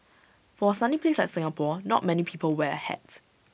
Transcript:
for A sunny place like Singapore not many people wear A hat